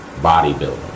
bodybuilding